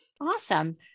Awesome